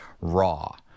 raw